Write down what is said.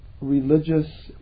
religious